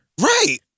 Right